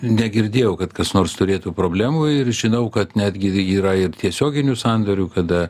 negirdėjau kad kas nors turėtų problemų ir žinau kad netgi yra ir tiesioginių sandorių kada